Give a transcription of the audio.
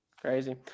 crazy